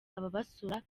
ababasura